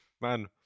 man